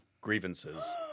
grievances